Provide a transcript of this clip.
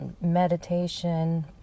meditation